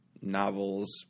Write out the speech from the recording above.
novels